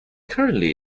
currently